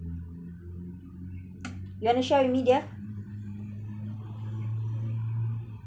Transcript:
you want to share with me dear